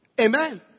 Amen